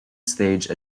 stage